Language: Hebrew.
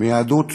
מיהדות